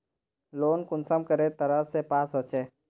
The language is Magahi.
लोन कुंसम करे तरह से पास होचए?